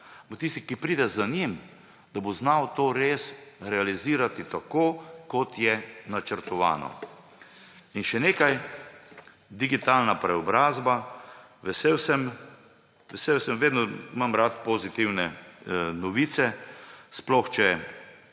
tisti, ki pride za njim, znal to res realizirati tako, kot je načrtovano. In še nekaj. Digitalna preobrazba. Vesel sem, vedno imam rad pozitivne novice, sploh če